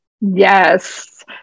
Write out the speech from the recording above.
yes